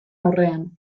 aurrean